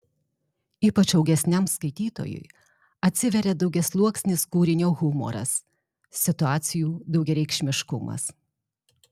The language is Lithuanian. ypač augesniam skaitytojui atsiveria daugiasluoksnis kūrinio humoras situacijų daugiareikšmiškumas